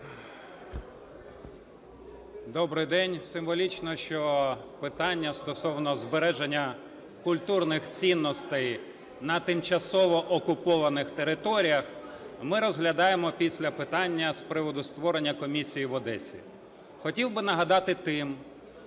Добрий день! Символічно, що питання стосовно збереження культурних цінностей на тимчасово окупованих територіях ми розглядаємо після питання з приводу створення комісії в Одесі. Хотів би нагадати тим,